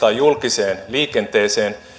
voitaisiin sijoittaa julkiseen liikenteeseen